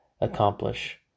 accomplish